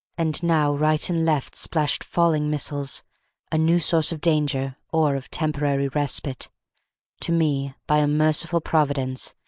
and now right and left splashed falling missiles a new source of danger or of temporary respite to me, by a merciful providence,